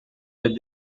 les